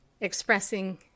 expressing